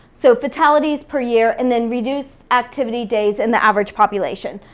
so fatalities per year and then reduced activity days in the average population.